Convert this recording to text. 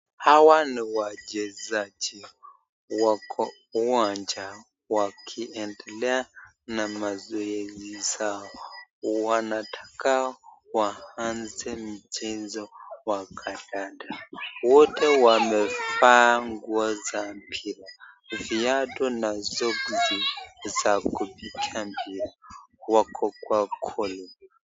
Hawa ni wachezaji, wako uwanja wakiendelea na mazoezi zao, wanataka waanze michezo wa kadanda, wote wamevaa nguo za mpira, viatu na soksi za kupiga mpira, wako kwa goli.